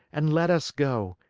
and let us go.